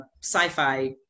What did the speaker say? sci-fi